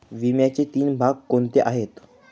विम्याचे तीन भाग कोणते आहेत?